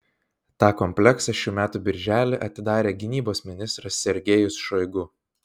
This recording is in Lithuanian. tą kompleksą šių metų birželį atidarė gynybos ministras sergejus šoigu